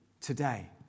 today